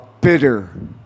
bitter